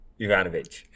Ivanovic